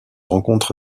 rencontre